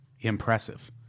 impressive